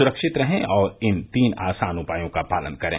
सुरक्षित रहें और इन तीन आसान उपायों का पालन करें